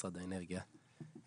משרד האנרגיה.